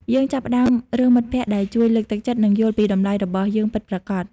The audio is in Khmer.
យើងចាប់ផ្តើមរើសមិត្តភក្តិដែលជួយលើកទឹកចិត្ត និងយល់ពីតម្លៃរបស់យើងពិតប្រាកដ។